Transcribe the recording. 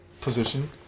position